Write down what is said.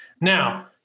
Now